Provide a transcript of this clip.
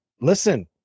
listen